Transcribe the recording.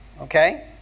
Okay